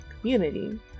community